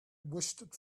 wished